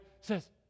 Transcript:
says